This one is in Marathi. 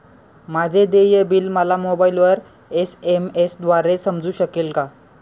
माझे देय बिल मला मोबाइलवर एस.एम.एस द्वारे समजू शकेल का?